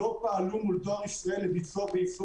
לא פעלו מול דואר ישראל לביצוע ויישום